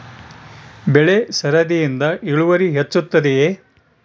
ಬೆಳೆ ಸರದಿಯಿಂದ ಇಳುವರಿ ಹೆಚ್ಚುತ್ತದೆಯೇ?